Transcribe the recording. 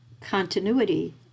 continuity